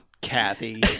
Kathy